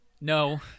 No